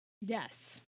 Yes